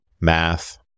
math